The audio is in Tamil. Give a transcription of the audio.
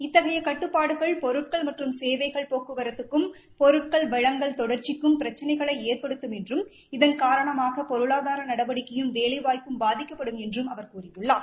இத்தகைய கட்டுப்பாடுகள் பொருட்கள் மற்றும் சேவைகள் போக்குவரத்துக்கும் பொருட்கள் வழங்கல் தொடர்ச்சிக்கும் பிரச்சினைகளை ஏற்படுத்தம் என்றும் இதன் வேலைவாய்ப்பும் பாதிக்கப்படும் என்றும் அவர் கூறியுள்ளார்